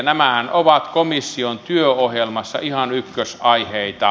nämähän ovat komission työohjelmassa ihan ykkösaiheita